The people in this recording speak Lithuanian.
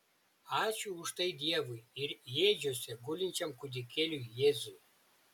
ačiū už tai dievui ir ėdžiose gulinčiam kūdikėliui jėzui